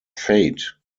fate